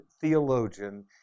theologian